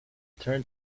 turned